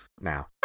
now